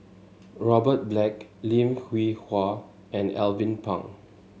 Robert Black Lim Hwee Hua and Alvin Pang